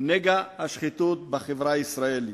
נגע השחיתות בחברה הישראלית.